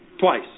Twice